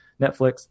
Netflix